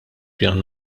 pjan